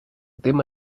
тим